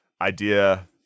idea